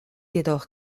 jedoch